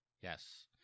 Yes